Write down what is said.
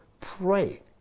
pray